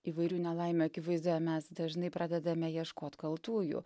įvairių nelaimių akivaizdoje mes dažnai pradedame ieškot kaltųjų